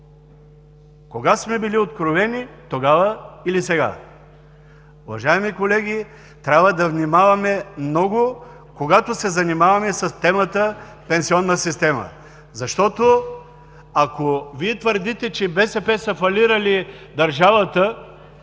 Кога сме били откровени – тогава или сега? Уважаеми колеги, трябва да внимаваме много, когато се занимаваме с темата „пенсионна система“. Защото, ако Вие твърдите, че БСП са фалирали държавата